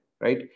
right